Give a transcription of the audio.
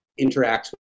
interacts